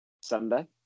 Sunday